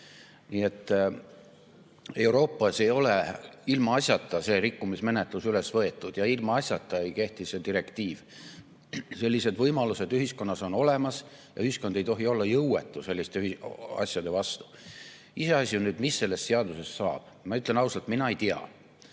et Euroopas ei ole ilmaasjata see rikkumismenetlus üles võetud ja ilmaasjata ei kehti see direktiiv. Sellised võimalused ühiskonnas on olemas ja ühiskond ei tohi olla jõuetu selliste asjade vastu. Iseasi on, mis sellest seadusest saab. Ma ütlen ausalt: mina ei tea.